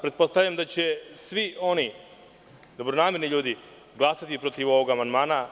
Pretpostavljam da će svi dobronamerni ljudi glasati protiv ovog amandmana.